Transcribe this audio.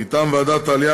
מטעם ועדת העלייה,